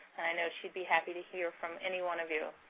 i know she would be happy to hear from any one of you.